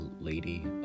lady